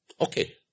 okay